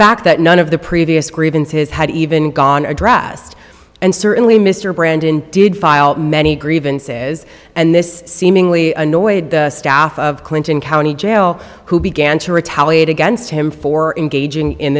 fact that none of the previous grievances had even gone addressed and certainly mr brandon did file many grievances and this seemingly annoyed the staff of clinton county jail who began to retaliate against him for engaging in